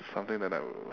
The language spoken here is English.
something that I would